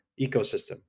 ecosystem